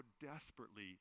desperately